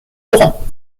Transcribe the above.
laurent